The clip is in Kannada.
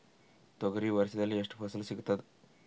ತೊಗರಿ ವರ್ಷದಲ್ಲಿ ಎಷ್ಟು ಫಸಲ ಸಿಗತದ?